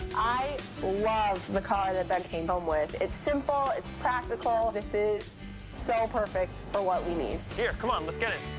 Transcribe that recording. i love the car that ben came home with. it's simple, it's practical. this is so perfect for what we need. here, come on. let's get in.